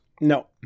No